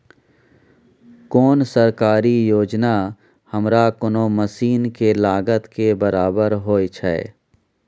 कोन सरकारी योजना हमरा कोनो मसीन के लागत के बराबर होय छै?